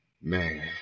Man